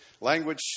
language